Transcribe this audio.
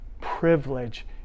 privilege